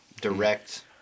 Direct